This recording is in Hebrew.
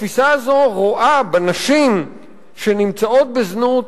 התפיסה הזו רואה בנשים שנמצאות בזנות